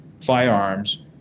firearms